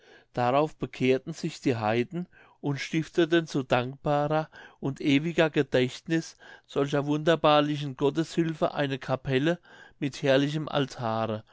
darauf bekehrten sich die heiden und stifteten zu dankbarer und ewiger gedächtniß solcher wunderbarlichen gotteshülfe eine capelle mit herrlichem altare